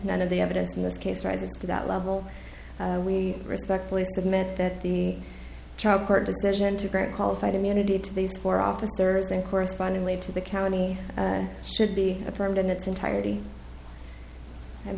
none of the evidence in this case rises to that level we respectfully submit that the child court decision to grant qualified immunity to these four officers and correspondingly to the county should be a permanent its entirety and